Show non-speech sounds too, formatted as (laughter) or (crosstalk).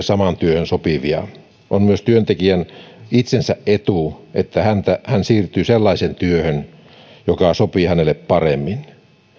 (unintelligible) samaan työhön sopivia on myös työntekijän itsensä etu että hän hän siirtyy sellaiseen työhön joka sopii hänelle paremmin